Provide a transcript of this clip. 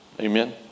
Amen